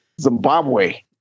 Zimbabwe